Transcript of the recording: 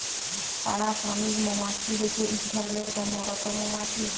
পাড়া শ্রমিক মমাছি হছে ইক ধরলের কম্মরত মমাছি